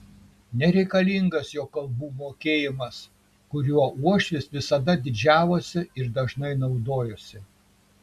nereikalingas jo kalbų mokėjimas kuriuo uošvis visada didžiavosi ir dažnai naudojosi